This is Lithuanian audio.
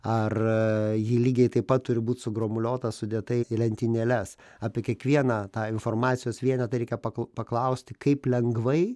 ar ji lygiai taip pat turi būt sugromuliota sudėta į lentynėles apie kiekvieną tą informacijos vienetą reikia pakl paklausti kaip lengvai